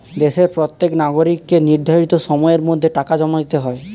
দেশের প্রত্যেক নাগরিককে নির্ধারিত সময়ের মধ্যে টাকা জমা দিতে হয়